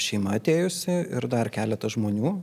šeima atėjusi ir dar keleta žmonių